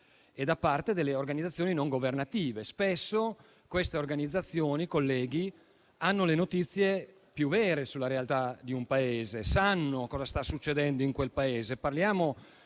e da parte di organizzazioni non governative. Spesso queste organizzazioni, colleghi, hanno le notizie più vere sulla realtà di un Paese e sanno cosa vi succede. Parliamo